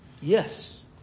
Yes